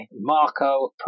Marco